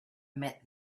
met